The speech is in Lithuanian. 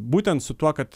būtent su tuo kad